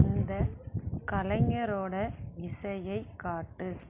அந்த கலைஞரோட இசையை காட்டு